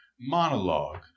monologue